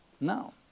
No